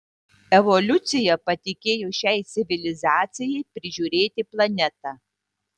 evoliucija patikėjo šiai civilizacijai prižiūrėti planetą